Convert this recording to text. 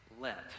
let